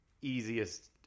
easiest